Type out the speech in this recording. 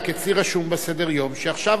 רק אצלי רשום בסדר-יום שעכשיו,